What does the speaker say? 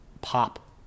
pop